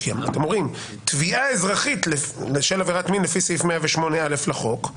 אתם אומרים: תביעה אזרחית בשל עבירת מין לפי סעיף 108א לחוק,